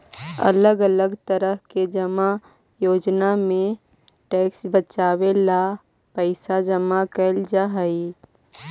अलग अलग तरह के जमा योजना में टैक्स बचावे ला पैसा जमा कैल जा हई